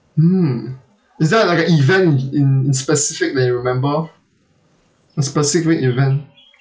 mm is there like a event in in specific that you remember a specific event